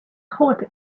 hot